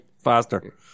faster